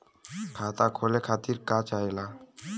खाता खोले खातीर का चाहे ला?